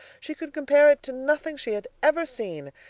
she could compare it to nothing she had ever seen,